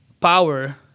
power